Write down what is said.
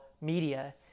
media